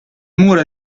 mura